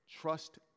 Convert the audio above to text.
Trust